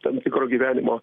tam tikro gyvenimo